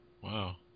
Wow